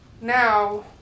Now